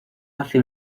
hace